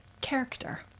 character